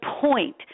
point